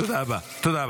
תודה רבה.